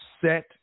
set